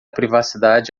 privacidade